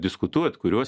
diskutuot kurios